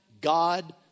God